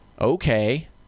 Okay